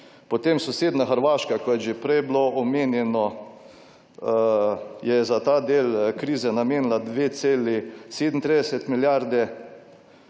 Potem sosednja Hrvaška, kot je že prej bilo omenjeno, je za ta del krize namenila 2,37 milijarde.